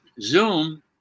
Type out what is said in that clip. Zoom